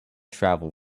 travel